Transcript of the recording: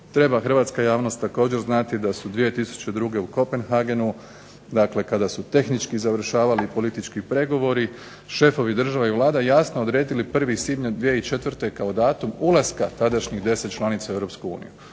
Treba Hrvatska javnost također znati da su 2002. godine u Kopenhagenu kada su tehnički završavali politički pregovori, šefovi država i Vlada jasno odredili 1. svibnja 2004. kao datum ulaska tadašnjih 10 članica u